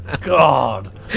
God